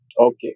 Okay